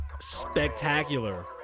spectacular